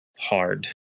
hard